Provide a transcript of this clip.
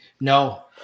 No